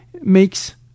makes